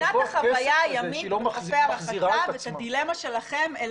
אני מבינה את החוויה הימית בחופי הרחצה ואת הדילמה שלכם אל